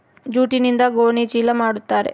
ಜೂಟ್ಯಿಂದ ಗೋಣಿ ಚೀಲ ಮಾಡುತಾರೆ